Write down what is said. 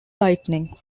lightning